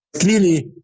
clearly